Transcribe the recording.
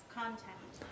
content